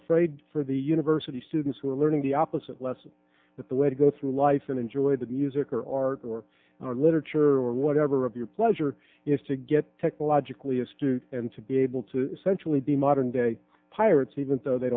afraid for the university students who are learning the opposite lesson that the way to go through life and enjoy the music or art or literature or whatever of your pleasure is to get technologically astute and to be able to essentially be modern day pirates even though they